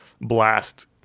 blast